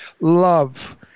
love